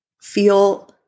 feel